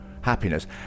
Happiness